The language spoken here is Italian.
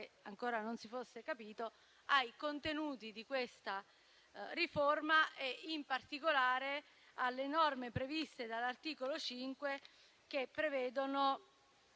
ancora non si fosse capito, ai contenuti di questa riforma e in particolare alle norme previste dall'articolo 5, che prevedono